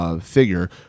Figure